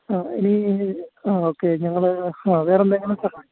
ആ ഇനി ഈ ഇനി ഈ ആ ഓക്കെ ഞങ്ങൾ ഹാ വേറെ എന്തെങ്കിലും സാ